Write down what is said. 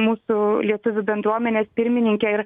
mūsų lietuvių bendruomenės pirmininke ir